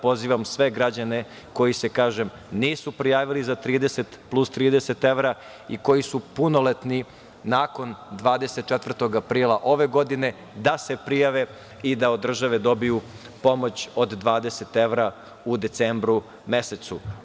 Pozivam sve građane koji se, kažem, nisu prijavili za 30 plus 30 evra i koji su punoletni nakon 24. aprila ove godine da se prijave i da od države dobiju pomoć od 20 evra u decembru mesecu.